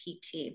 PT